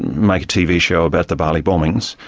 make a tv show about the bali bombings,